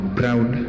proud